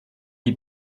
die